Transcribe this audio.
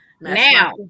Now